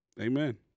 Amen